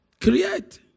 Create